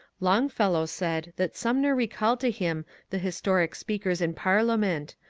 longfellow said that sum ner recalled to him the historic speakers in parliament,